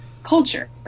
culture